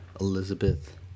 Elizabeth